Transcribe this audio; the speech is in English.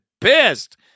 pissed